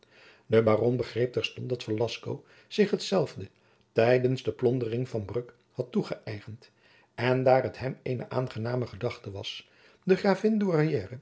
de baron begreep terstond dat velasco zich hetzelve tijdens de plondering van bruck had toegeëigend en daar het hem eene aangename gedachte was de gravin